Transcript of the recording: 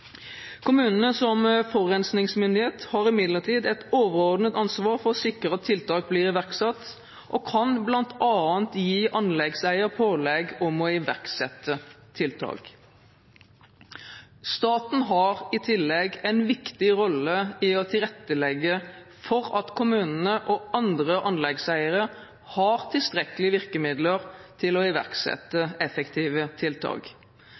Kommunene som forurensningsmyndighet har imidlertid et overordnet ansvar for å sikre at tiltak blir iverksatt og kan bl.a. gi anleggseier pålegg om å iverksette tiltak. Staten har i tillegg en viktig rolle i å tilrettelegge for at kommunene og andre anleggseiere har tilstrekkelig med virkemidler til å iverksette effektive tiltak.